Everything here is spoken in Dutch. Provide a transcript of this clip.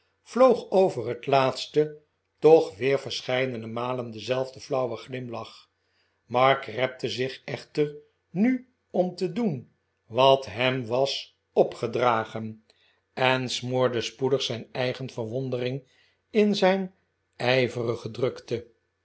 vloog over het laatste toch weer verscheidene malen dezelfde flauwe glimlach mark repte zich echter nu om te doen wat hem was opgedragen en smoorde spoedig zijn eigen verwondering in zijn ijverige drukte